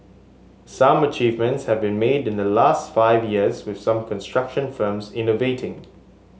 some achievements have been made in the last five years with some construction firms innovating